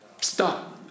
stop